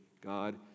God